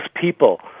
people